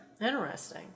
Interesting